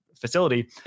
facility